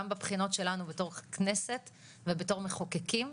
גם בבחינות שלנו בתור כנסת ובתור מחוקקים,